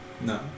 No